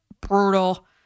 Brutal